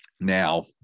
Now